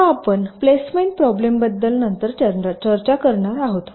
आता आपण प्लेसमेंट प्रॉब्लेमबद्दल नंतर चर्चा करणार आहोत